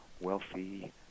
wealthy